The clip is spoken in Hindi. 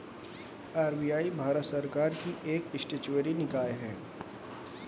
आर.बी.आई भारत सरकार की एक स्टेचुअरी निकाय है